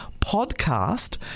podcast